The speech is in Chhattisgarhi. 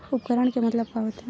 उपकरण के मतलब का होथे?